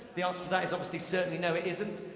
the answer to that is obviously certainly no, it isn't.